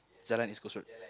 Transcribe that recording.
Jalan East-Coast Road